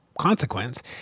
consequence